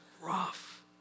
rough